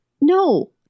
No